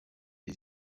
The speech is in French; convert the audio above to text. les